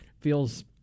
feels